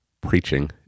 preaching